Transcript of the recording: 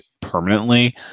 permanently